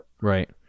right